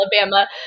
Alabama